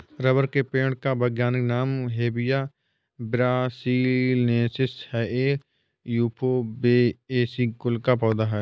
rubber के पेड़ का वैज्ञानिक नाम हेविया ब्रासिलिनेसिस है ये युफोर्बिएसी कुल का पौधा है